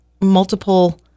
multiple